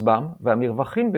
קצבם והמרווחים ביניהם.